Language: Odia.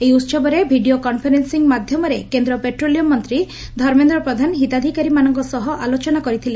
ଏହି ଉହବରେ ଭିଡିଓ କନ୍ଫରେନ୍ସିଂ ମାଧ୍ଧମରେ କେନ୍ଦ ପେଟ୍ରୋଲିୟମ୍ ମନ୍ତୀ ଧର୍ମେନ୍ଦ୍ର ପ୍ରଧାନ ହିତାଧିକାରୀମାନଙ୍କ ସହ ଆଲୋଚନା କରିଥିଲେ